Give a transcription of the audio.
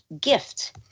gift